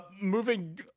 moving